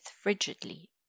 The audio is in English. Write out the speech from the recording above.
frigidly